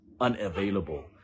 unavailable